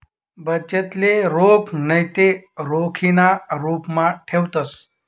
बचतले रोख नैते रोखीना रुपमा ठेवतंस